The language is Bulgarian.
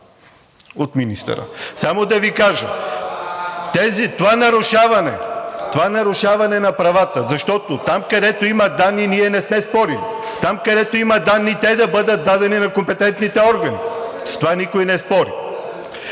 от ВЪЗРАЖДАНЕ.) Само да Ви кажа: това нарушаване на правата, защото там, където има данни, ние не сме спорили, там, където има данни, те да бъдат дадени на компетентните органи – с това никой не спори.